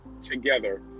together